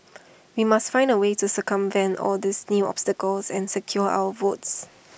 we must find A way to circumvent all these new obstacles and secure our votes